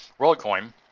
Worldcoin